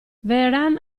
vehrehan